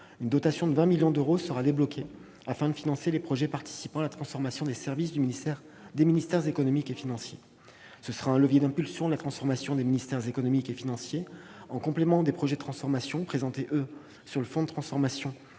une dotation de 20 millions d'euros sera débloquée afin de financer les projets participant à la transformation des services des ministères économiques et financiers. Elle constituera un levier d'impulsion de la transformation de ces ministères, en complément des projets de transformation relevant, eux, du fonds de transformation